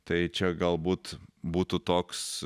tai čia galbūt būtų toks